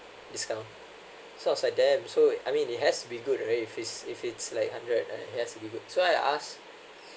discount so I was like damn so I mean it has to be good right if it's if it's like hundred and nine it has to be good so I ask